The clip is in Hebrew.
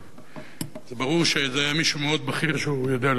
זה ברור שזה היה מישהו מאוד בכיר שיודע לנגן בפסנתר.